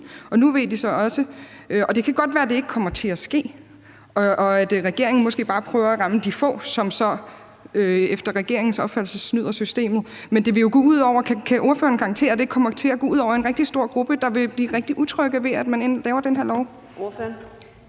at muligheden er der. Det kan godt være, at det ikke kommer til at ske, og at regeringen måske bare prøver at ramme de få, som så efter regeringens opfattelse snyder systemet, men det vil jo gå ud over andre. Kan ordføreren garantere, at det ikke kommer til at gå ud over en rigtig stor gruppe, der vil blive rigtig utrygge, ved at man laver den her lov?